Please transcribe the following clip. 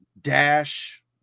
dash